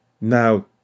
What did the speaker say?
now